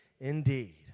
indeed